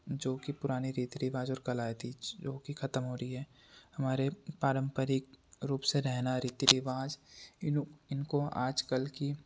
जो कि पुरानी रीति रिवाज और कलाएँ थी जो कि ख़त्म हो रही है हमारे पारम्परिक रूप से रहना रीति रिवाज इनो इनको आजकल की